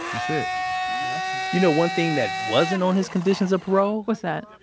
that's it you know one thing that wasn't on his conditions of parole? what's that?